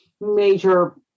major